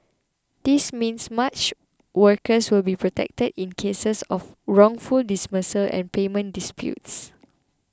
this means much workers will be protected in cases of wrongful dismissals and payment disputes